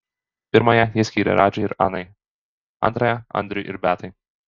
pirmąją jie skyrė radži ir anai antrąją andriui ir beatai